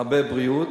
הרבה בריאות,